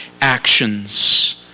actions